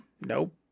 Nope